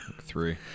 Three